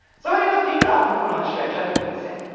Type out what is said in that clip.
so when he was picked up and put on the stretcher he couldn't see.